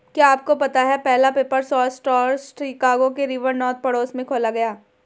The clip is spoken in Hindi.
क्या आपको पता है पहला पेपर सोर्स स्टोर शिकागो के रिवर नॉर्थ पड़ोस में खोला गया?